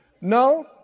No